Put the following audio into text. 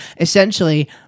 essentially